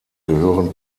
gehören